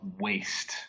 waste